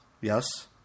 Yes